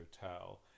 hotel